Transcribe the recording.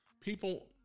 people